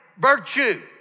Virtue